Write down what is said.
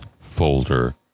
folder